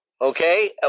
Okay